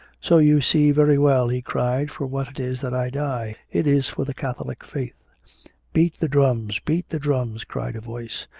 so you see very well, he cried, for what it is that i die. it is for the catholic faith beat the drums! beat the drums! cried a voice.